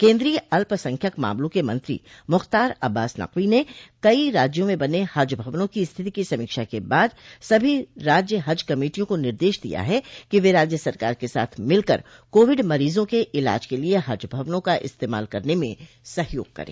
केन्द्रीय अल्पसंख्यक मामलों के मंत्री मुख्तार अब्बास नकवी ने कई राज्यों में बने हज भवनों की स्थिति की समीक्षा के बाद सभी राज्य हज कमेटियों को निर्देश दिया है कि वे राज्य सरकार के साथ मिलकर कोविड मरीजों के इलाज के लिए हज भवनों का इस्तेमाल करने में सहयोग करें